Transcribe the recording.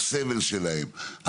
הסבל שלהם,